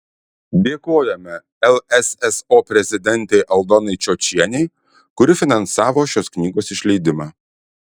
dėkojame lsso prezidentei aldonai čiočienei kuri finansavo šios knygos išleidimą